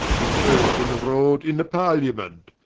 his oath enrolled in the parliament.